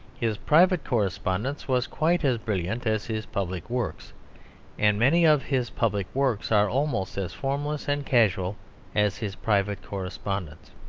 his private correspondence was quite as brilliant as his public works and many of his public works are almost as formless and casual as his private correspondence.